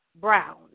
brown